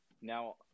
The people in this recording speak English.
now